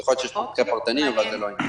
יכול להיות שיש פה מקרה פרטני, אבל זה לא העניין.